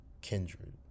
kindred